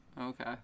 Okay